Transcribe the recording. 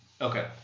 Okay